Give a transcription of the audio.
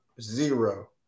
zero